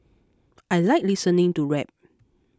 I like listening to rap